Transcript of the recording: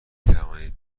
توانید